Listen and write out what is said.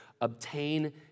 obtain